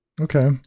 Okay